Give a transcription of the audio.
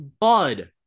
Bud